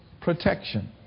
protection